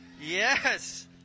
Yes